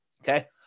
Okay